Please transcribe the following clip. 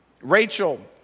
Rachel